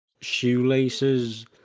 shoelaces